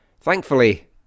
thankfully